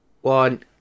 one